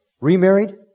Remarried